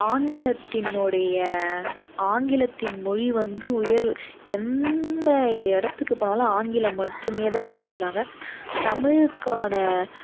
ஆங்கிலத்தினுடைய ஆங்கிலத்தின் மொழி வந்து உயர்வு எந்த இடத்துக்கு போனாலும் ஆங்கிலம் மட்டுமே தான் பேசுகிறாங்க தமிழுக்கான